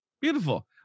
beautiful